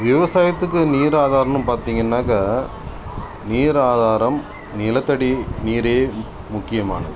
விவசாயத்துக்கு நீர் ஆதாரம்னு பார்த்தீங்கன்னாகா நீர் ஆதாரம் நிலத்தடி நீரே முக்கியமானது